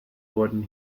wurden